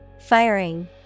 Firing